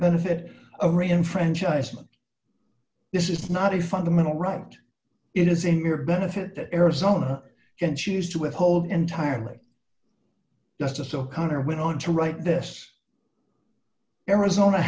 benefit a enfranchise them this is not a fundamental right it is in your benefit that arizona can choose to withhold entirely justice o'connor went on to write this arizona